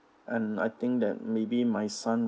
and I think that maybe my son